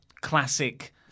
classic